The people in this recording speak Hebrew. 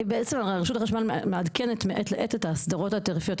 רשות החשמל מעדכנת מעת לעת את האסדרות התעריפיות,